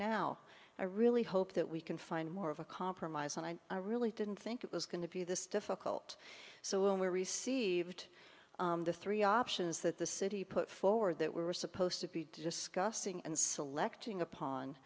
now i really hope that we can find more of a compromise and i really didn't think it was going to be this difficult so when we received the three options that the city put forward that we were supposed to be discussing and selecting upon